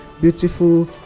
beautiful